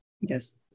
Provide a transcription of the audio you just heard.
Yes